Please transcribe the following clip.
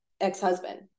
ex-husband